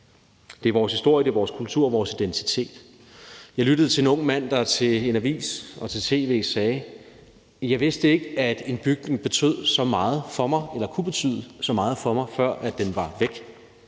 Det er vores historie, det er vores kultur, det er vores identitet. Jeg lyttede til en ung mand, der til en avis og til tv sagde: Jeg vidste ikke, at en bygning kunne betyde så meget for mig, før den var væk.